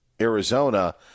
Arizona